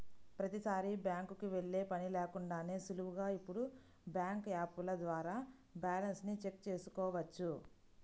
ప్రతీసారీ బ్యాంకుకి వెళ్ళే పని లేకుండానే సులువుగా ఇప్పుడు బ్యాంకు యాపుల ద్వారా బ్యాలెన్స్ ని చెక్ చేసుకోవచ్చు